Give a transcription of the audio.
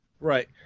Right